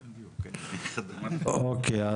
אוקיי,